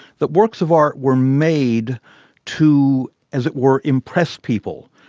that works of art were made to as it were, impress people,